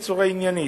בצורה עניינית,